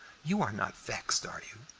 you are not vexed, are you?